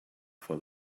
for